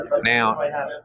Now